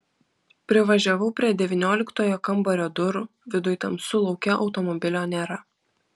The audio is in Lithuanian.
privažiavau prie devynioliktojo kambario durų viduj tamsu lauke automobilio nėra